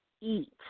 eat